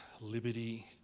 liberty